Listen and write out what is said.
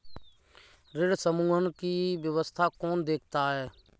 ऋण समूहन की व्यवस्था कौन देखता है?